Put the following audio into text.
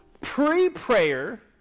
pre-prayer